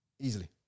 Easily